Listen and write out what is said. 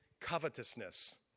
covetousness